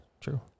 True